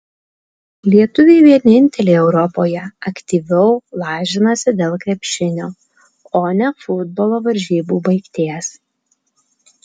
lietuviai vieninteliai europoje aktyviau lažinasi dėl krepšinio o ne futbolo varžybų baigties